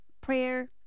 prayer